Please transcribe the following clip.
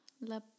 La